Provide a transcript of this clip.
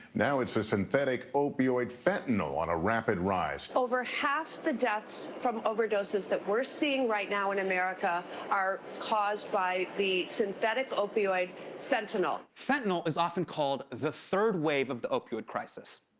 now it's a synthetic opioid, fentanyl, on a rapid rise. over half the deaths from overdoses that we're seeing right now in america are caused by the synthetic opioid fentanyl. fentanyl is often called the third wave of the opioid crisis.